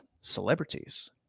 celebrities